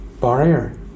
barrier